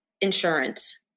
insurance